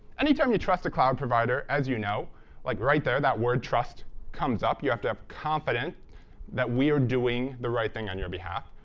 any time you trust a cloud provider, as you know like, right there that word trust comes up. you have to have confidence that we are doing the right thing on your behalf.